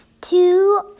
two